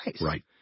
Right